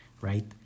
right